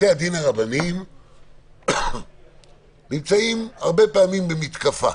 בתי-הדין הרבניים נמצאים הרבה פעמים במתקפה.